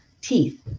teeth